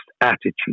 attitude